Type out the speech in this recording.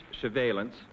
surveillance